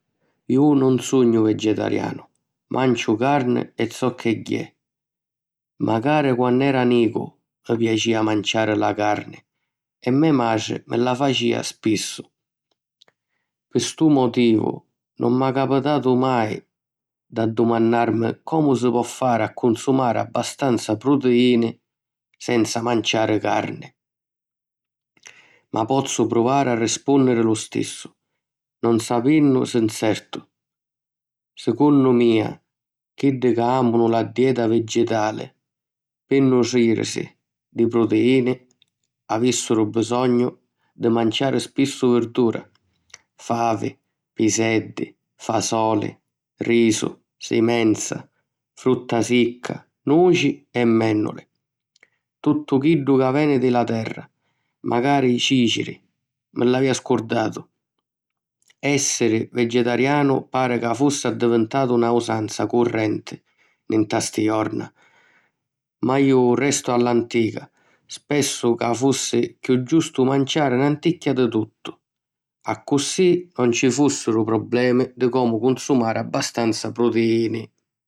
Ju nun sugnu vegetarianu; manciu carni e zocchegghiè. Macari quann'era nicu mi piacìa manciari la carni e me matri mi la facìa spissu. Pi stu motivu, nun m'ha capitatu mai d'addumannàrimi comu si po fari a cunsumari abbastanza prutiìni senza manciari carni. Ma pozzu pruvari a rispùnniri lu stissu, non sapennu si nzertu. Secunnu mia, chiddi ca àmanu la dieta vegetali pi nutrìrisi di prutiini avìssiru bisognu di manciari spissu virdura, favi, piseddi, fasoli, risu, simenza, frutta sicca, nuci e mènnuli; tuttu chiddu ca veni di la terra. Macari cìciri (mi l'avìa scurdatu). Essiri vegetarianu pari ca fussi addivintatu na usanza currenti nta sti jorna; ma ju restu a l'antica: pensu ca fussi chiù giustu manciari nanticchia di tuttu, accussì nun ci fùssiru problemi di comu cunsumari abbastanza prutiìni.